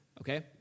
okay